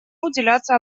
уделяться